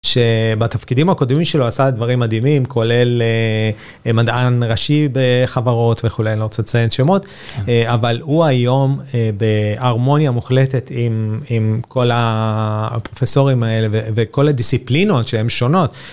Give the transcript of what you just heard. שבתפקידים הקודמים שלו עשה דברים מדהימים, כולל מדען ראשי בחברות וכולי, אני לא רוצה לציין שמות, אבל הוא היום בהרמוניה מוחלטת עם כל הפרופסורים האלה וכל הדיסיפלינות שהן שונות.